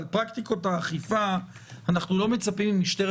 על פרקטיקות האכיפה אנחנו לא מצפים ממשטרת